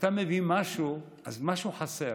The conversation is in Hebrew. כשאתה מביא משהו, אז משהו חסר,